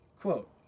Quote